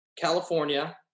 California